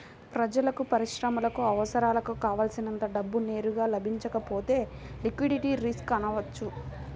ప్రజలకు, పరిశ్రమలకు అవసరాలకు కావల్సినంత డబ్బు నేరుగా లభించకపోతే లిక్విడిటీ రిస్క్ అనవచ్చు